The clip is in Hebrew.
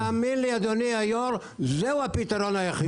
תאמין לי, אדוני היושב-ראש, זהו הפתרון היחיד.